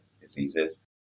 diseases